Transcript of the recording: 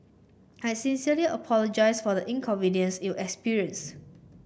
I sincerely apologise for the inconvenience you experienced